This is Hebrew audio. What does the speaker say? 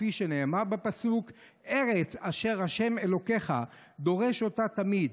כפי שנאמר בפסוק: "ארץ אשר ה' אלקייך דֹּרש אֹתה תמיד